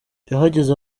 yahageze